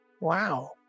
Wow